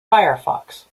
firefox